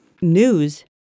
news